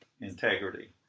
integrity